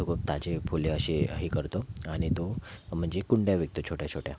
तो खूप ताजी फुले असे हे करतो आणि तो म्हणजे कुंड्या विकतो छोट्या छोट्या